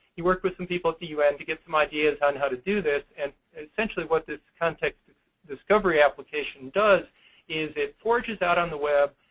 he worked with some people at the and to get some ideas on how to do this. and essentially what this context discovery application does is it forges out on the web,